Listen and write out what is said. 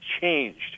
changed